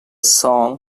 song